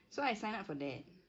so I signed up for that